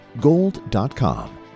gold.com